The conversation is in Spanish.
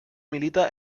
milita